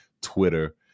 Twitter